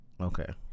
Okay